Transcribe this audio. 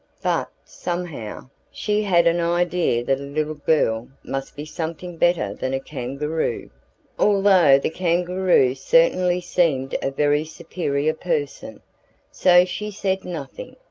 but, somehow, she had an idea that a little girl must be something better than a kangaroo, although the kangaroo certainly seemed a very superior person so she said nothing,